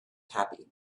happy